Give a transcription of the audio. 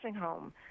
home